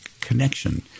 connection